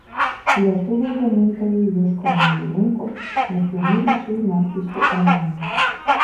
lietuviai gamintojai ieško naujų rinkų mezgami ryšiai netgi su omanu